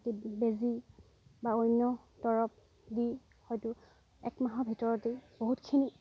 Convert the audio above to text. বেজি বা অন্য দৰৱ দি হয়তো একমাহৰ ভিতৰতেই বহুতখিনি